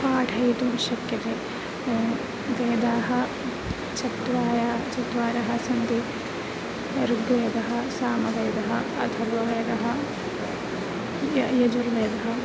पाठयितुं शक्यते वेदाः चत्वारः चत्वारः सन्ति ऋग्वेदः सामवेदः अथर्ववेदः या यजुर्वेदः